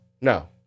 no